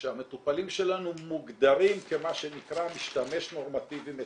שהמטופלים שלנו מוגדרים כמשתמש נורמטיבי מתפקד.